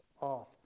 off